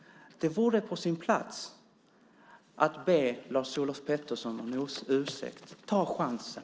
Det vore på sin plats, Maud Olofsson, att be Lars-Olof Pettersson om ursäkt. Ta chansen.